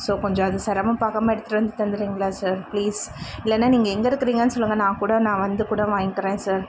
so கொஞ்சம் அது சிரமம் பார்க்காம எடுத்துட்டு வந்து தந்துடுறிங்களா சார் ப்ளீஸ் இல்லைன்னா நீங்கள் எங்கே இருக்குறீங்கன்னு சொல்லுங்கள் நான் கூட நான் வந்து கூட வாங்கிகிறேன் சார்